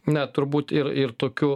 na turbūt ir ir tokių